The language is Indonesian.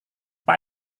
pak